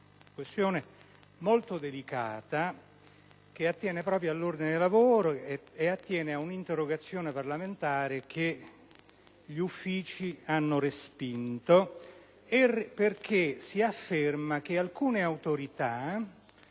questione molto delicata che attiene proprio all'ordine dei lavori, ovvero ad un'interrogazione parlamentare che gli Uffici hanno respinto, affermando che alcune autorità